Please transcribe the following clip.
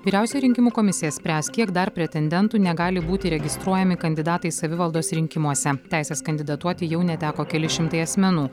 vyriausia rinkimų komisija spręs kiek dar pretendentų negali būti registruojami kandidatais savivaldos rinkimuose teisės kandidatuoti jau neteko keli šimtai asmenų